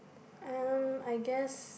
um I guess